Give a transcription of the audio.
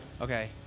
Okay